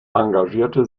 engagierte